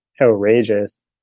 outrageous